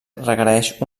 requereix